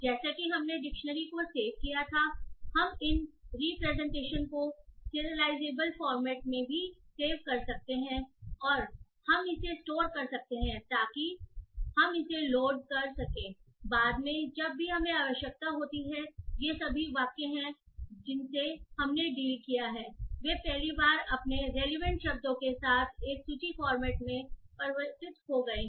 जैसा कि हमने डिक्शनरी को सेव किया था हम इन रिप्रेजेंटेशनको सीरियलाइजेबल फॉर्मेट में भी सेव कर सकते हैं और हम इसे स्टोर कर सकते हैं ताकि हम इसे लोड कर सकेंबाद में जब भी हमें आवश्यकता होती है ये सभी वे वाक्य हैं जिनसे हमने डील किया है वे पहली बार अपने रेलीवेंट शब्दों के साथ एक सूची फॉर्मेट में परिवर्तित हो गए हैं